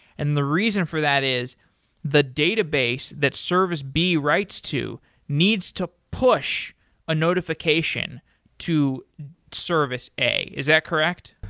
and the reason for that is the database that service b writes to needs to push a notification to service a, is that correct?